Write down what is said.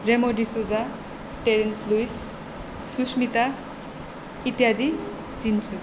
रेमो डिसुजा टेरेन्स लुइस सुस्मिता इत्यादि चिन्छु